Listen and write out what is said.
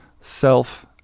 self